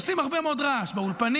עושים הרבה מאוד רעש באולפנים,